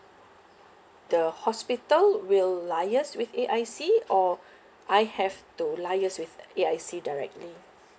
the hospital will liaise with A_I_C or I have to liaise with uh A_I_C directly